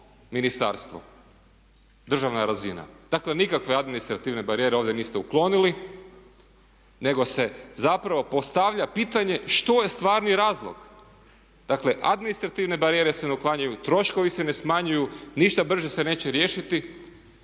Ministarstvo, državna razina. Dakle, nikakve administrativne barijere ovdje niste uklonili nego se zapravo postavlja pitanje što je stvarni razlog, dakle administrativne barijere se ne uklanjaju, troškovi se ne smanjuju, ništa brže se neće riješiti